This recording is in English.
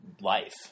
life